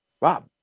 Rob